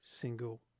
single